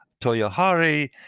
Toyohari